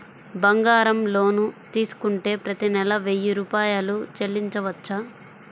బంగారం లోన్ తీసుకుంటే ప్రతి నెల వెయ్యి రూపాయలు చెల్లించవచ్చా?